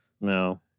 no